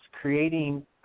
creating